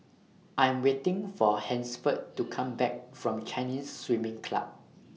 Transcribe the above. I Am waiting For Hansford to Come Back from Chinese Swimming Club